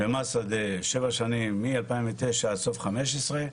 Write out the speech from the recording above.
במסעדה שבע שנים מ-2009 עד סוף 2015,